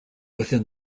within